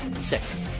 six